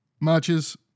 matches